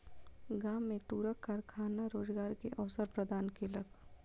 गाम में तूरक कारखाना रोजगार के अवसर प्रदान केलक